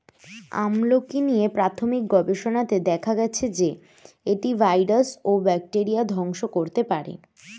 আমলকী নিয়ে প্রাথমিক গবেষণাতে দেখা গেছে যে, এটি ভাইরাস ও ব্যাকটেরিয়া ধ্বংস করতে পারে